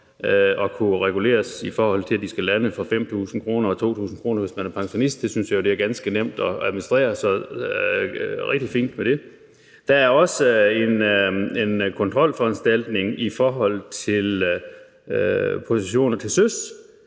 at kunne regulere bierhvervsfiskerne, så de skal lande for 5.000 kr. og for 2.000 kr., hvis man er pensionist. Det synes jeg er ganske nemt at administrere, så det er rigtig fint. Der er også en kontrolforanstaltning i forhold til positioner til søs,